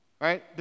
right